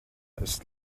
ist